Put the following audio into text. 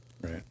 Right